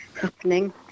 happening